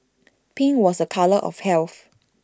pink was A colour of health